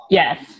yes